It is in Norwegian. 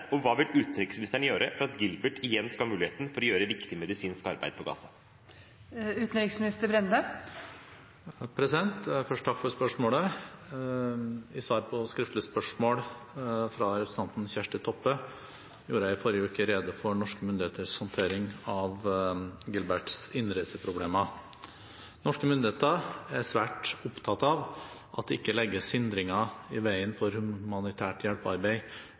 og hva vil utenriksministeren gjøre for at Gilbert igjen skal ha muligheten til å gjøre viktig medisinsk arbeid i Gaza?» Først, takk for spørsmålet. I svar på skriftlig spørsmål fra representanten Kjersti Toppe gjorde jeg i forrige uke rede for norske myndigheters håndtering av Gilberts innreiseproblemer. Norske myndigheter er svært opptatt av at det ikke legges hindringer i veien for humanitært hjelpearbeid